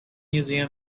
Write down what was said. museum